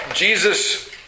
Jesus